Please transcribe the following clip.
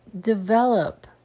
develop